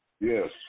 Yes